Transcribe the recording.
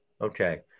Okay